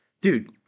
Dude